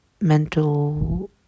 mental